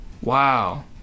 Wow